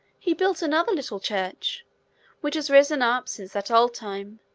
he built another little church which has risen up, since that old time,